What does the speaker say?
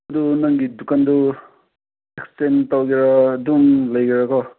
ꯑꯗꯨ ꯅꯪꯒꯤ ꯗꯨꯀꯥꯟꯗꯨ ꯑꯦꯛꯁꯇꯦꯟ ꯇꯧꯒꯦꯔ ꯑꯗꯨꯝ ꯂꯩꯒꯦꯔ ꯀꯣ